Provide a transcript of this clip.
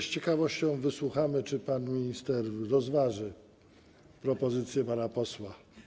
Z ciekawością wysłuchamy, czy pan minister rozważy propozycję pana posła.